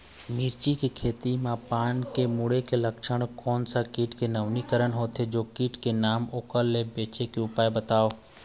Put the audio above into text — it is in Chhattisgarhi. मिर्ची के खेती मा पान के मुड़े के लक्षण कोन सा कीट के नवीनीकरण होथे ओ कीट के नाम ओकर ले बचे के उपाय बताओ?